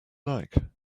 like